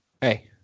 Hey